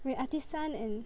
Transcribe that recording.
like Artisan and